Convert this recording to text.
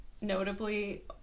notably